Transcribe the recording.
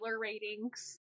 ratings